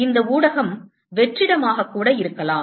இந்த ஊடகம் வெற்றிடமாக கூட இருக்கலாம்